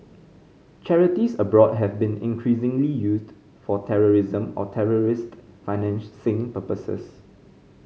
charities abroad have been increasingly used for terrorism or terrorist financing purposes